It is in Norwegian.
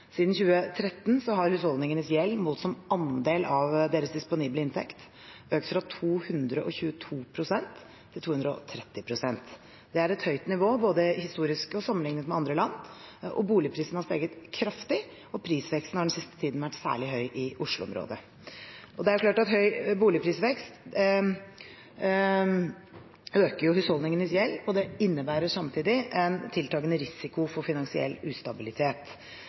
Siden 2013 har husholdningenes gjeld, målt som andel av deres disponible inntekt, økt fra 222 pst. til 230 pst. Det er et høyt nivå både historisk og sammenlignet med andre land. Boligprisene har steget kraftig, og prisveksten har den siste tiden vært særlig høy i Oslo-området. Høy boligprisvekst øker husholdningenes gjeld, og det innebærer samtidig en tiltakende risiko for finansiell ustabilitet.